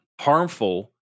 harmful